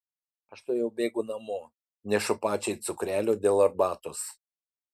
aš tuojau bėgu namo nešu pačiai cukrelio dėl arbatos